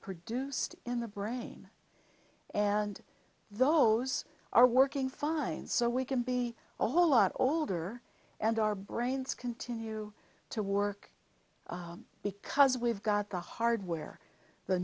produced in the brain and those are working fine so we can be all a lot older and our brains continue to work because we've got the hardware the